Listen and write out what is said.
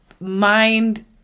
mind